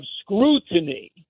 scrutiny